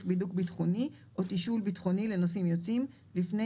בידוק ביטחוני או תשאול ביטחוני לנוסעים יוצאים לפני